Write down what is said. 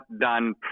done